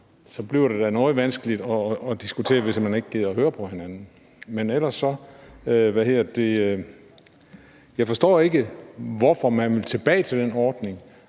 det bliver da noget vanskeligt at diskutere, hvis man ikke gider at høre på hinanden. Men jeg forstår ikke, hvorfor man vil tilbage til den ordning,